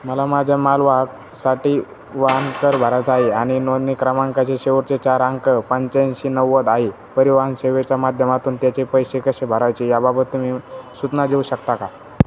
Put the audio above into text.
मला माझ्या मालवाहकसाठी वाहनकर भरायचा आहे आणि नोंदणी क्रमांकाचे शेवटचे चार अंक पंच्याऐंशी नव्वद आहे परिवहन सेवेच्या माध्यमातून त्याचे पैसे कसे भरायचे याबाबत तुम्ही सुचना देऊ शकता का